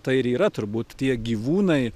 tai ir yra turbūt tie gyvūnai